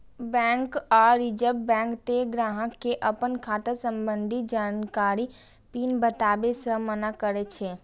bank आ reserve bank तें ग्राहक कें अपन खाता संबंधी जानकारी, पिन बताबै सं मना करै छै